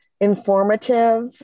informative